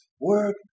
work